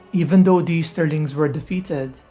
even though the easterlings were defeated,